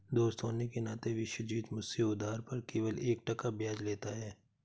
दोस्त होने के नाते विश्वजीत मुझसे उधार पर केवल एक टका ब्याज लेता है